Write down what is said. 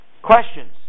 Questions